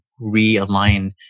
realign